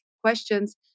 questions